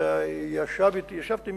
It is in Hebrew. וישבתי עם